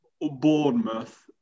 Bournemouth